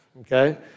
okay